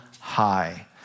high